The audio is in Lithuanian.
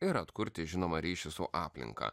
ir atkurti žinoma ryšį su aplinka